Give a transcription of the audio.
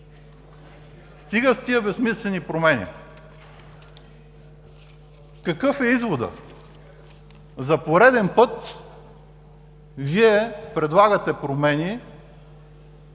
Стига с тези безсмислени промени. Какъв е изводът? За пореден път Вие предлагате промени,